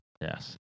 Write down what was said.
yes